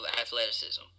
athleticism